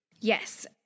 Yes